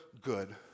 good